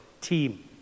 team